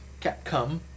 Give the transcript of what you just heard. Capcom